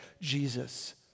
Jesus